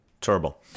Terrible